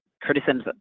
criticisms